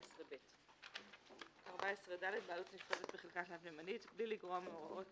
14ב. בעלות נפרדת בחלקה תלת־ממדית 14ד.בלי לגרוע מהוראת